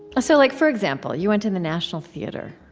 so like for example, you went to the national theater